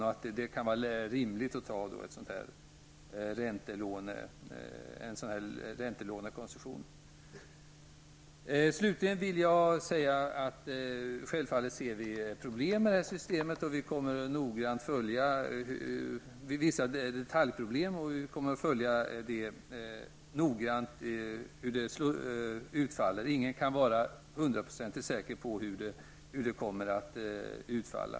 Det kan då vara rimligt att använda en räntelånekonstruktion. Jag vill slutligen tillägga att vi självfallet ser vissa detaljproblem med detta system, och vi kommer noggrant att följa hur det utfaller. Ingen kan vara hundraprocentigt säker på hur det kommer att utfalla.